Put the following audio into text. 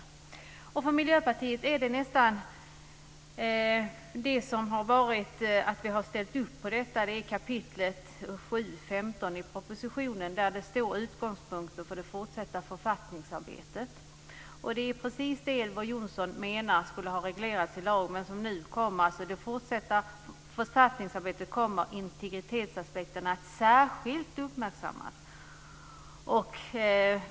Det som gjort att Miljöpartiet ställt upp på detta kan nästan sägas vara kapitel 7.15 i propositionen, Detta är precis det som Elver Jonsson menar skulle ha reglerats i lag men som alltså kommer nu. Regeringen skriver: I det fortsatta författningsarbetet kommer integritetsaspekterna att särskilt uppmärksammas.